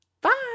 Bye